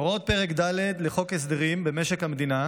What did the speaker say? הוראות פרק ד' לחוק ההסדרים במשק המדינה